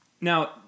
Now